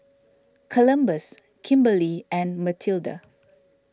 Columbus Kimberli and Matilda